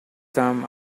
some